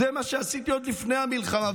זה מה שעשיתי עוד לפני המלחמה.